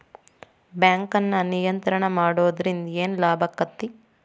ಬ್ಯಾಂಕನ್ನ ನಿಯಂತ್ರಣ ಮಾಡೊದ್ರಿಂದ್ ಏನ್ ಲಾಭಾಕ್ಕತಿ?